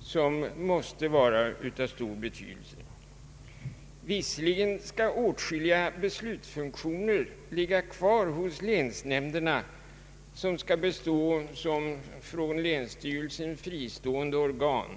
som måste vara av stor betydelse. Visserligen skall åtskilliga beslutsfunktioner ligga kvar hos länsnämnderna, vilka skall bestå såsom från länsstyrelsen fristående organ.